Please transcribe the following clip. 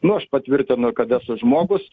nu aš patvirtinu kad esu žmogus